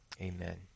Amen